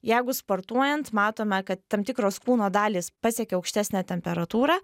jeigu sportuojant matome kad tam tikros kūno dalys pasiekia aukštesnę temperatūrą